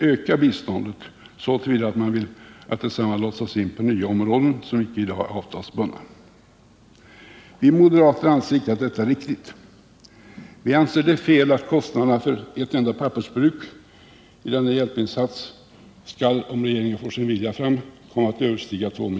Vi moderater anser att detta icke är riktigt. Vi anser det vara fel att kostnaderna för ett enda pappersbruk i denna hjälpinsats skulle - om regeringen får sin vilja fram — komma att överstiga 2 miljarder kronor. Vi vill icke medverka till att bryta nu föreliggande avtal men vill å andra sidan icke ikläda oss nya förpliktelser som gör att miljonerna fortsätter att rulla till ett land som de facto har varit i krig som angripare — det finner vi felaktigt. Men dessa frågor får vi, herr talman, tillfälle att behandla den 2 maj.